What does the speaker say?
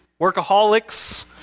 workaholics